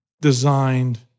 designed